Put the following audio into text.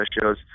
shows